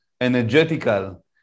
energetical